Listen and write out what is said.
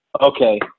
Okay